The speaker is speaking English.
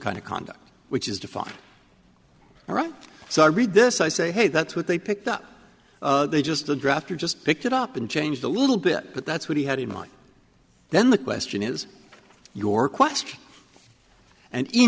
kind of conduct which is defined right so i read this i say hey that's what they picked up they just a drafter just picked it up and changed a little bit but that's what he had in mind then the question is your question and in